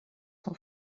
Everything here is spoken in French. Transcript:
son